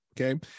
Okay